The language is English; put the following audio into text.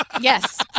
Yes